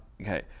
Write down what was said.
okay